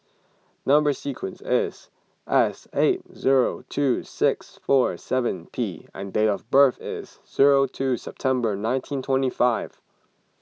Number Sequence is S eight zero two six four seven P and date of birth is zero two September nineteen twenty five